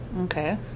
okay